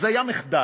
אז היה מחדל,